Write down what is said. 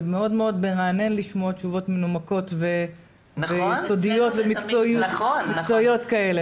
זה מאוד מרענן לשמוע תשובות מנומקות ויסודיות ומקצועיות כאלה.